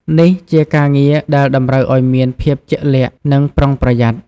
នេះជាការងារដែលតម្រូវឲ្យមានភាពជាក់លាក់ និងប្រុងប្រយ័ត្ន។